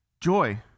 Joy